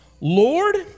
Lord